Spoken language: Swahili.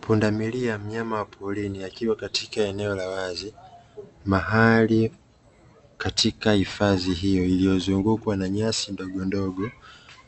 Pundamilia mnyama wa porini akiwa katika eneo la wazi mahali katika hifadhi hiyo iliyozungukwa na nyasi ndogondogo